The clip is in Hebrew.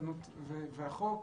התקנות והחוק.